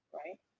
right